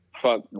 Fuck